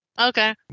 Okay